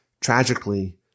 tragically